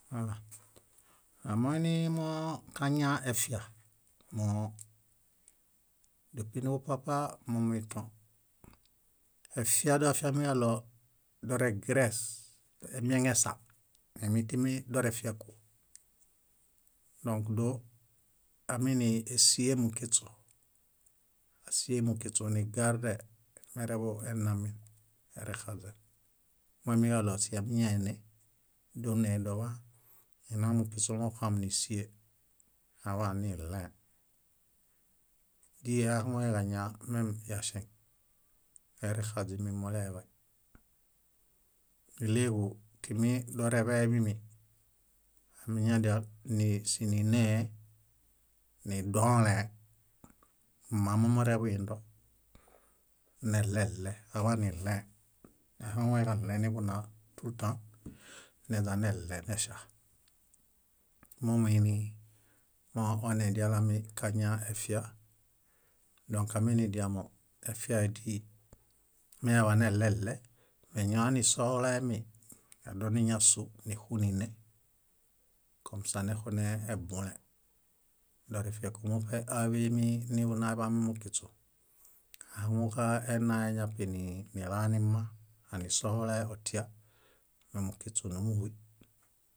Namoini moo kaña efia, moo dépi niġupapa monuito. Efia afiamiġaɭo doregres, emieŋesa eimitimi dorefieku, dõk dóo áminisie mukiśu, áminisie mukiśu nigardee mereḃuenamin, erexaźen. Moimiġaɭo síamiñaene, dónedoḃaan, nina mukiśu moṗam nísie, aḃaan niɭẽe. Díi aihaŋueġaña mem yaŝeŋ; erexaźen, mimuleeḃay. Níɭeġu timi doreḃe mími, amiñadia ni- síninehe, nidolẽhe, mma momureḃuindo, neɭeɭe, aḃaniɭẽe aihaŋueġaɭeniḃunaa tultã neźaneɭe, neŝa. Mominii moo onedialemi kaña efia. Dõk aminidiamo, efiae díi meyaḃaneɭeɭe meñoanisohulaemi, adoniñasu níxunine komsa nuxuneebulẽ. Dorefieku muṗe niḃunaa eḃamimukiśu, ahaŋuġanae ñapi nilanima anisohulae otia mumukiśu nímuhuy.